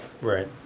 Right